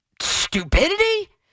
stupidity